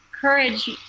courage